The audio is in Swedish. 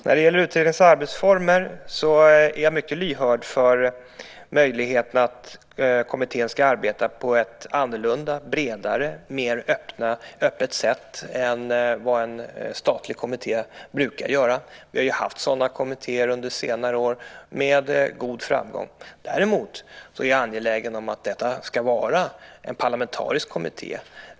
När det gäller utredningens arbetsformer är jag mycket lyhörd för möjligheten att kommittén ska arbeta på ett annorlunda, bredare, mer öppet sätt än vad en statlig kommitté brukar göra. Vi har ju haft sådana kommittéer under senare år med god framgång. Däremot är jag angelägen om att detta ska vara en parlamentarisk kommitté.